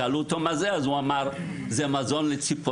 כששאלו אותו מה זה, הוא אמר: "זה מזון לציפורים".